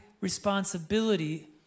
responsibility